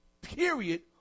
period